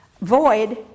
void